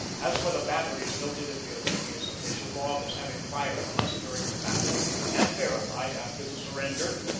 as for the batteries noted in the olympiads offi cial log as having fired on us during the battle and verified after the surrender,